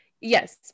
Yes